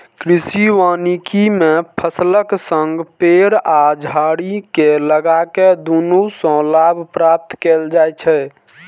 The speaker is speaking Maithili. कृषि वानिकी मे फसलक संग पेड़ आ झाड़ी कें लगाके दुनू सं लाभ प्राप्त कैल जाइ छै